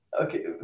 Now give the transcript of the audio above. Okay